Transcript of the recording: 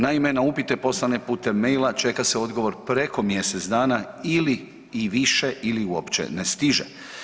Naime, na upite poslane putem maila čeka se odgovor preko mjesec dana ili i više ili uopće ne stiže.